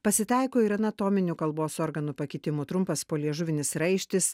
pasitaiko ir anatominių kalbos organų pakitimų trumpas poliežuvinis raištis